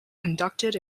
conducted